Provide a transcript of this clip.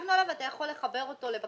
ואתה יכול לחבר אותו, לבקשתכם,